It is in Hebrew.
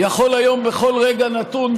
יכול היום בכל רגע נתון,